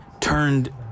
turned